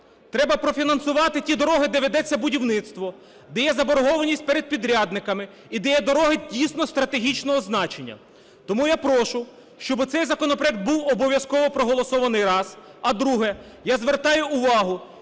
Треба профінансувати ті дороги, де ведеться будівництво, де є заборгованість перед підрядниками і де є дороги дійсно стратегічного значення. Тому я прошу, щоб цей законопроект був обов'язково проголосований. Раз. А друге. Я звертаю увагу